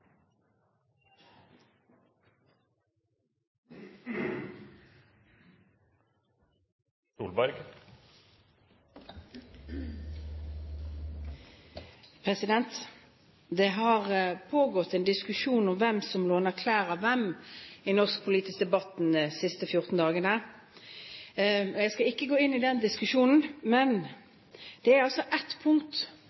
neste hovedspørsmål. Det har pågått en diskusjon de siste 14 dagene om hvem som låner klær av hvem i den norske politiske debatten. Jeg skal ikke gå inn i den diskusjonen, men